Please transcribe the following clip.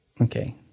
Okay